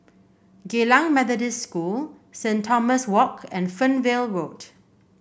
Geylang Methodist School Saint Thomas Walk and Fernvale Road